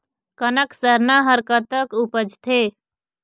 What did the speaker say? कनक सरना हर कतक उपजथे?